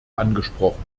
angesprochen